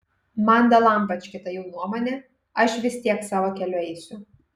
man dalampački ta jų nuomonė aš vis tiek savo keliu eisiu